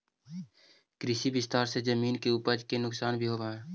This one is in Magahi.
कृषि विस्तार से जमीन के उपज के नुकसान भी होवऽ हई